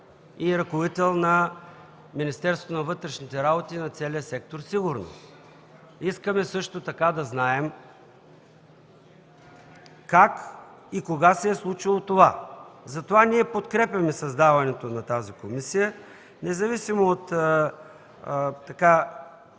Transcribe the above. ръководител на Министерството на вътрешните работи и на целия сектор „Сигурност”? Също така искаме да знаем: как и кога се е случило това? Затова ние подкрепяме създаването на комисията, независимо от